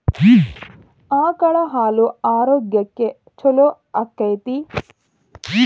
ಆಕಳ ಹಾಲು ಆರೋಗ್ಯಕ್ಕೆ ಛಲೋ ಆಕ್ಕೆತಿ?